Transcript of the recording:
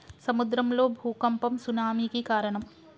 సముద్రం లో భూఖంపం సునామి కి కారణం